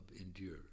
endure